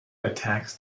attacks